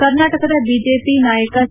ಕರ್ನಾಟಕದ ಬಿಜೆಪಿ ನಾಯಕ ಸಿ